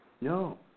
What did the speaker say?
No